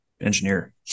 engineer